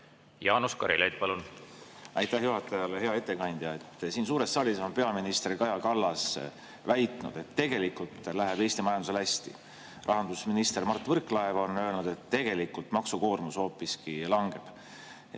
Jaanus Karilaid, palun! Aitäh juhatajale! Hea ettekandja! Siin suures saalis on peaminister Kaja Kallas väitnud, et tegelikult läheb Eesti majandusel hästi. Rahandusminister Mart Võrklaev on öelnud, et tegelikult maksukoormus hoopiski langeb.